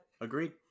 agreed